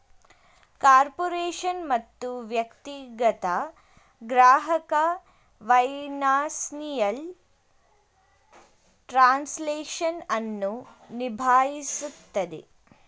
corporation ಮತ್ತು ವ್ಯಕ್ತಿಗತ ಗ್ರಾಹಕ ಫೈನಾನ್ಸಿಯಲ್ ಟ್ರಾನ್ಸ್ಲೇಷನ್ ಅನ್ನು ನಿಭಾಯಿಸುತ್ತದೆ